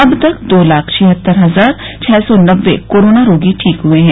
अब तक दो लाख छिहत्तर हजार छः सौ नब्बे कोरोना रोगी ठीक हए हैं